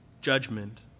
judgment